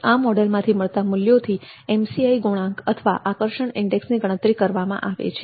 આ મોડલ માંથી મળતા મૂલ્યોથી MCI ગુણાંક અથવા આકર્ષણ ઈન્ડેક્સની ગણતરી કરવામાં આવે છે